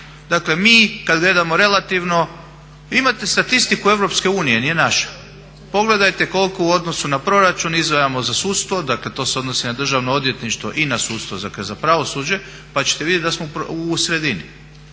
Dakle mi kada gledamo relativno imate statistiku EU nije naša, pogledajte koliko u odnosu na proračun izdvajamo za sudstvo, dakle to se odnosi na Državno odvjetništvo i na sudstvo, za pravosuđe pa ćete vidjeti da smo u sredini.